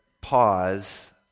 pause